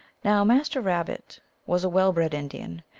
now, master rabbit was a well bred indian,